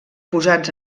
posats